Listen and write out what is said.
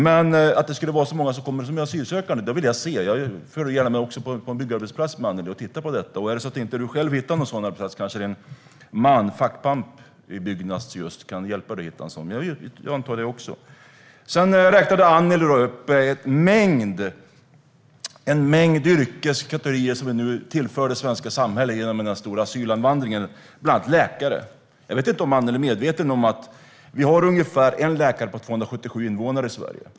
Men att det skulle vara så många som kommer som är asylsökande, det vill jag se. Jag följer gärna med dig också till en byggarbetsplats och tittar på detta. Är det så att du inte själv hittar någon sådan arbetsplats kanske din man, fackpamp i just Byggnads, kan hjälpa dig att hitta en sådan. Jag antar det också. Sedan räknade Annelie upp en mängd yrkeskategorier som vi nu tillför det svenska samhället genom den stora asylinvandringen, bland annat läkare. Jag vet inte om Annelie är medveten om att vi har ungefär en läkare på 277 invånare i Sverige.